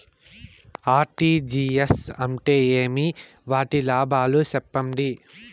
RTGS అంటే ఏమి? వాటి లాభాలు సెప్పండి?